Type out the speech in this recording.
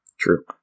true